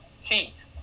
heat